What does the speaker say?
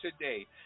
today